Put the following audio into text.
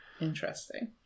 interesting